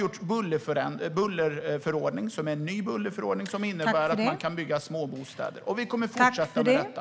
Det finns en ny bullerförordning som innebär att små bostäder kan byggas. Vi kommer att fortsätta med detta.